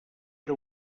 era